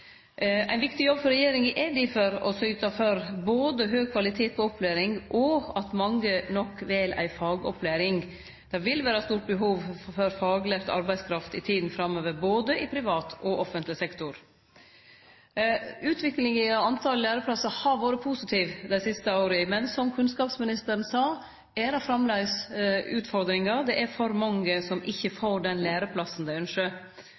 Ein viktig jobb for regjeringa er difor å syte for både høg kvalitet på opplæringa og at mange nok vel ei fagopplæring. Det vil vere eit stort behov for faglært arbeidskraft i tida framover, både i privat og offentleg sektor. Utviklinga i talet på læreplassar har vore positiv dei siste åra, men som kunnskapsministeren sa, er det framleis utfordringar – det er for mange som ikkje får den læreplassen dei